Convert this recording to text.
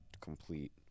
complete